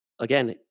again